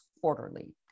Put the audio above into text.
quarterly